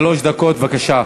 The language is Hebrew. שלוש דקות, בבקשה.